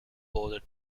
border